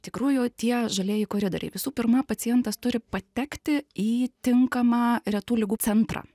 tikrųjų tie žalieji koridoriai visų pirma pacientas turi patekti į tinkamą retų ligų centrą